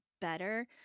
better